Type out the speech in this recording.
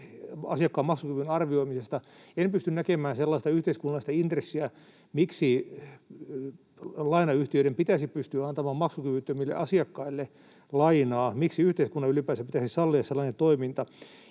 asiakkaan maksukyvyn arvioimisesta. En pysty näkemään sellaista yhteiskunnallista intressiä, miksi lainayhtiöiden pitäisi pystyä antamaan maksukyvyttömille asiakkaille lainaa, miksi yhteiskunnan ylipäänsä pitäisi sallia sellainen toiminta.